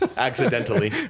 Accidentally